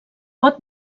pot